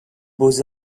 beaux